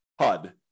HUD